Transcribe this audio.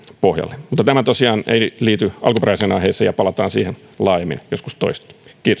pohjalle mutta tämä tosiaan ei liity alkuperäiseen aiheeseen ja palataan siihen laajemmin joskus toiste